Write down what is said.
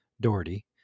Doherty